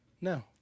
No